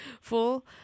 full